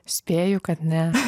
spėju kad ne